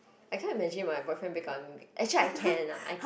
I cannot imagine my boyfriend break up with me actually I can ah I can